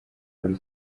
muri